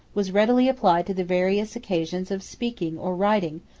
was readily applied to the various occasions of speaking or writing,